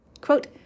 Quote